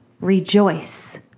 rejoice